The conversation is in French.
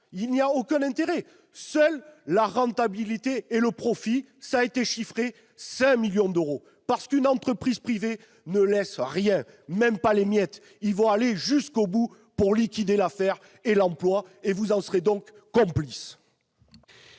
présente aucun intérêt, sinon la rentabilité et le profit, qui ont été chiffrés à 5 millions d'euros ! Parce qu'une entreprise privée ne laisse rien, même pas les miettes, ils vont aller jusqu'au bout pour liquider l'affaire et l'emploi, et vous en serez donc complices